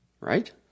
Right